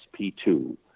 SP2